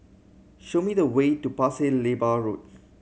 show me the way to Pasir Laba Road